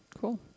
Cool